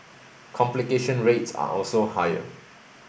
complication rates are also higher